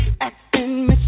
acting